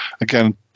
again